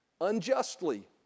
unjustly